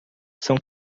são